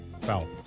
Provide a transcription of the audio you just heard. foul